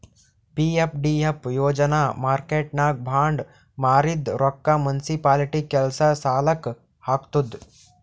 PFDF ಯೋಜನಾ ಮಾರ್ಕೆಟ್ನಾಗ್ bond ಮಾರಿದ್ ರೊಕ್ಕಾ ಮುನ್ಸಿಪಾಲಿಟಿ ಕೆಲ್ಸಾ ಸಲಾಕ್ ಹಾಕ್ತುದ್